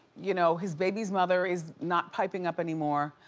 you know his baby's mother is not piping up anymore,